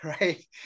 right